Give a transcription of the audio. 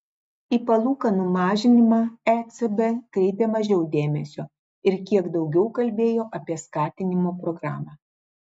į palūkanų mažinimą ecb kreipė mažiau dėmesio ir kiek daugiau kalbėjo apie skatinimo programą